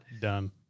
Done